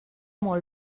molt